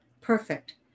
perfect